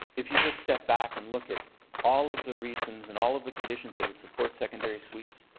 if you just step back and look at all of the reasons and all of the conditions that would support secondary suite,